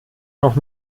noch